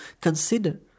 consider